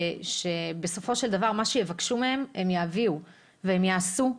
שבסופו של דבר מה שיבקשו מהן - הן יביאו והן יעשו.